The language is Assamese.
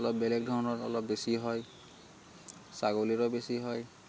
অলপ বেলেগ ধৰণৰ অলপ বেছি হয় ছাগলীৰো বেছি হয়